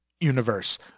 universe